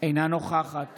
אינה נוכחת